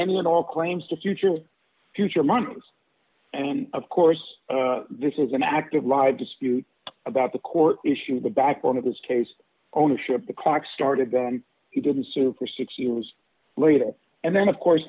any and all claims to future future months and of course this is an active live dispute about the court issue the backbone of this case ownership the clock started he didn't sue for six years later and then of course